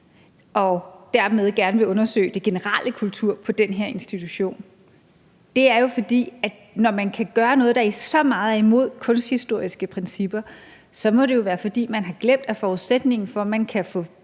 og dermed gerne vil undersøge den generelle kultur på den her institution, er, at når man kan gøre noget, der er så meget imod kunsthistoriske principper, må det jo være, fordi man har glemt, at forudsætningen for, at man kan få